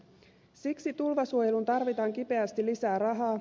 siksi tulvasuojeluun tarvitaan kipeästi lisää rahaa